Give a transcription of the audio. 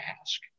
ask